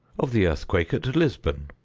of the earthquake at lisbon,